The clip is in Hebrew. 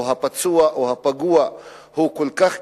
של הפצוע או של הפגוע הוא כל כך קשה,